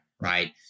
right